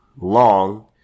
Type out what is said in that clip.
long